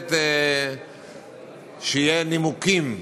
משתדלת שיהיו נימוקים